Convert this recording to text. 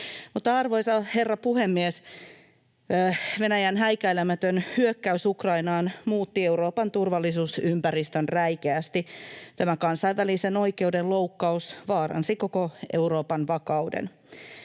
Arvoisa herra puhemies! Venäjän häikäilemätön hyökkäys Ukrainaan muutti Euroopan turvallisuusympäristön räikeästi. Tämä kansainvälisen oikeuden loukkaus vaaransi koko Euroopan vakauden.